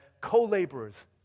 co-laborers